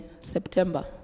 september